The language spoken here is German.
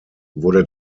wurde